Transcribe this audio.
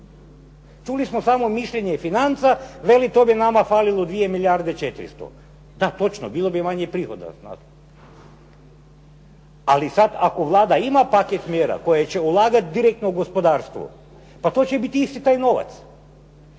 Čuli smo mišljenje finaca, veli tu bi nama falilo 2 milijarde 400. da točno, bilo bi manje prihoda. Ali sada ako Vlada ima paket mjera koje će ulagati direktno u gospodarstvo, pa to će biti isti taj novac.